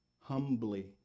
humbly